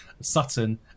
sutton